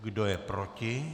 Kdo je proti?